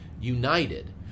united